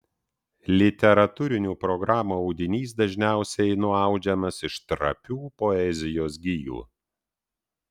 literatūrinių programų audinys dažniausiai nuaudžiamas iš trapių poezijos gijų